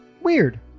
Weird